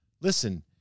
Listen